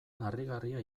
harrigarria